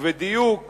ובדיוק